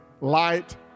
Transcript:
light